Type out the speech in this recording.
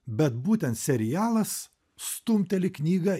bet būtent serialas stumteli knygą